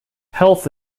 health